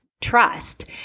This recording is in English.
trust